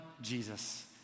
Jesus